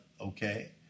okay